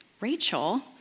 Rachel